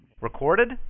Recorded